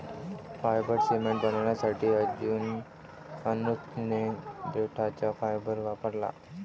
fibre cement बनवण्यासाठी अनुजने देठाचा फायबर वापरला